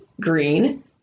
green